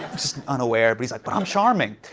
just unaware, but he's like, but i'm charming.